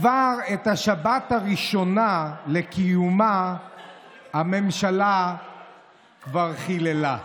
כבר את השבת הראשונה לקיומה הממשלה חיללה.